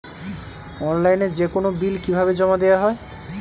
অনলাইনে যেকোনো বিল কিভাবে জমা দেওয়া হয়?